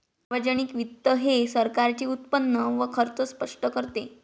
सार्वजनिक वित्त हे सरकारचे उत्पन्न व खर्च स्पष्ट करते